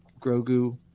Grogu